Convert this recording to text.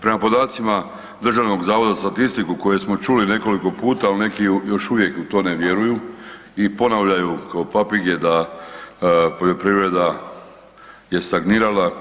Prema podacima Državnog zavoda za statistiku koje smo čuli nekoliko puta, al neki još uvijek u to ne vjeruju i ponavljaju kao papige da poljoprivreda je stagnirala.